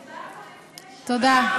תודה.